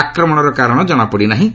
ଆକ୍ରମଣର କାରଣ କଣାପଡ଼ି ନାହିଁ